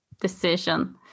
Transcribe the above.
decision